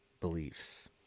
beliefs